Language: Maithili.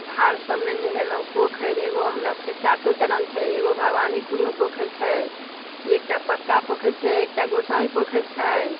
धार सबमे नहेलहुँ पोखरि एगो हमरा सबके चातो चरण छै एगो भवानीपुरमे पोखरि छै एकटा पक्का पोखरि छै एकटा गोसाई पोखरि छै